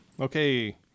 Okay